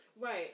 Right